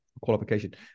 qualification